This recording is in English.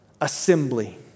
assembly